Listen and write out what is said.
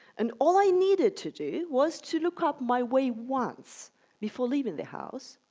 and all i needed to do was to look up my way once before leaving the house,